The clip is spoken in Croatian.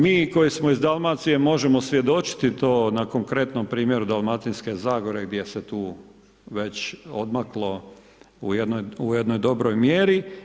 Mi koji smo iz Dalmacije možemo svjedočiti to na konkretnom primjeru Dalmatinske zagore gdje se tu već odmaklo u jednoj dobroj mjeri.